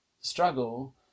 struggle